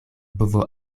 bovo